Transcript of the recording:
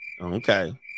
Okay